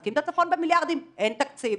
מחזקים את הצפון במיליארדים אין תקציב,